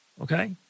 okay